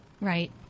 Right